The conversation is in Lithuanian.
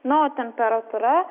nu o temperatūra